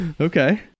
Okay